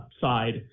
side